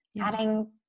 adding